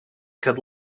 could